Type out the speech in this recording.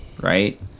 right